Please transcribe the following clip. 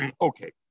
Okay